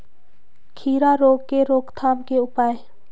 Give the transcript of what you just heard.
खीरा रोग के रोकथाम के उपाय?